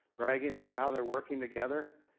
bragging about how they're working together,